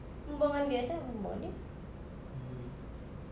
berbual dengan dia I tak nak berbual dengan dia